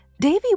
Davy